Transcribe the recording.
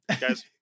Guys